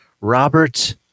Robert